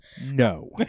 No